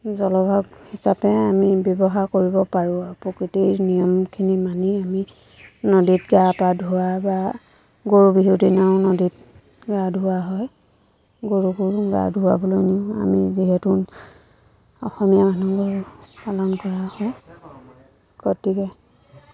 জলভাৱ হিচাপে আমি ব্যৱহাৰ কৰিব পাৰোঁ আৰু প্ৰকৃতিৰ নিয়মখিনি মানি আমি নদীত গা পা ধোৱা বা গৰু বিহুৰ দিনাও নদীত গা ধোৱা হয় গৰুকো গা ধুৱাবলৈ নিওঁ আমি যিহেতু অসমীয়া মানুহৰ পালন কৰা হয় গতিকে